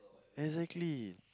exactly